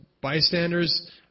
bystanders